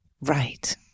right